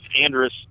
Andrus